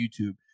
YouTube